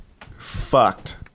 fucked